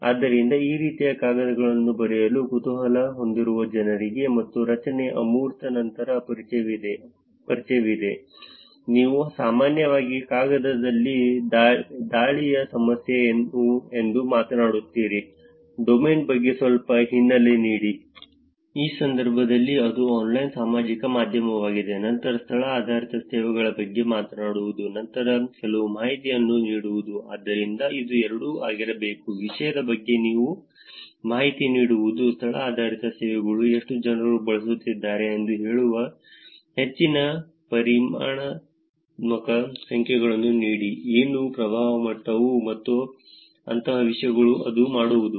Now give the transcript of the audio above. ಆದ್ದರಿಂದ ಈ ರೀತಿಯ ಕಾಗದಗಳನ್ನು ಬರೆಯಲು ಕುತೂಹಲ ಹೊಂದಿರುವ ಜನರಿಗೆ ಅದರ ರಚನೆ ಅಮೂರ್ತ ನಂತರ ಪರಿಚಯವಿದೆ ಪರಿಚಯವಿದೆ ನೀವು ಸಾಮಾನ್ಯವಾಗಿ ಕಾಗದದಲ್ಲಿ ದಾಳಿಯ ಸಮಸ್ಯೆ ಏನು ಎಂದು ಮಾತನಾಡುತ್ತೀರಿ ಡೊಮೇನ್ ಬಗ್ಗೆ ಸ್ವಲ್ಪ ಹಿನ್ನೆಲೆ ನೀಡಿ ಈ ಸಂದರ್ಭದಲ್ಲಿ ಅದು ಆನ್ಲೈನ್ ಸಾಮಾಜಿಕ ಮಾಧ್ಯಮವಾಗಿದೆ ನಂತರ ಸ್ಥಳ ಆಧಾರಿತ ಸೇವೆಗಳ ಬಗ್ಗೆ ಮಾತನಾಡುವುದು ನಂತರ ಕೆಲವು ಮಾಹಿತಿಯನ್ನು ನೀಡುವುದು ಆದ್ದರಿಂದ ಇದು ಎರಡೂ ಆಗಿರಬೇಕು ವಿಷಯದ ಬಗ್ಗೆ ಮಾಹಿತಿ ನೀಡುವುದು ಸ್ಥಳ ಆಧಾರಿತ ಸೇವೆಗಳು ಎಷ್ಟು ಜನರು ಬಳಸುತ್ತಿದ್ದಾರೆ ಎಂದು ಹೇಳುವ ಹೆಚ್ಚಿನ ಪರಿಮಾಣಾತ್ಮಕ ಸಂಖ್ಯೆಗಳನ್ನು ನೀಡಿ ಏನು ಪ್ರಭಾವದ ಮಟ್ಟವು ಮತ್ತು ಅಂತಹ ವಿಷಯಗಳು ಅದು ಮಾಡುವುದು